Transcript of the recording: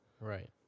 right